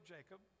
Jacob